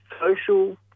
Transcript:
social